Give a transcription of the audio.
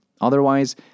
Otherwise